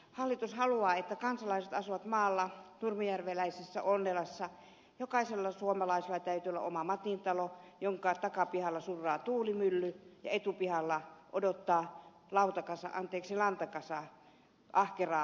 hallitus haluaa että kansalaiset asuvat maalla nurmijärveläisessä onnelassa jokaisella suomalaisella täytyy olla oma matintalo jonka takapihalla surraa tuulimylly ja etupihalla odottaa lautakasa anteeksi lantakasa ahkeraa tomaatinviljelijää